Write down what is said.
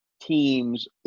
teams